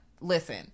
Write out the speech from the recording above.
listen